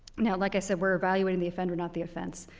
now, like i said, we're evaluating the offender not the offense.